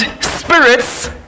spirits